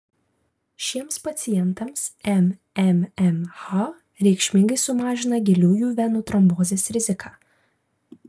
šiems pacientams mmmh reikšmingai sumažina giliųjų venų trombozės riziką